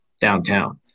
downtown